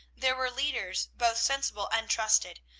there were leaders both sensible and trusted,